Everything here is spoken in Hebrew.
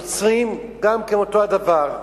הנוצרים, גם כן אותו הדבר.